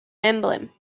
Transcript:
emblem